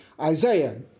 Isaiah